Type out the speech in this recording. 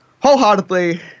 wholeheartedly